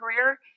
career